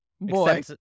boy